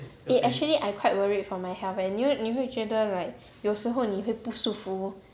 eh actually I quite worried for my health eh 你会你会觉得 like 有时候你会不舒服